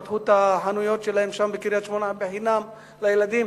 פתחו את החנויות שלהם שם בקריית-שמונה בחינם לילדים,